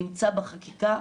נמצא בחקיקה,